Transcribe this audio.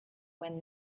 when